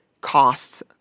costs